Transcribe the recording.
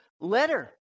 letter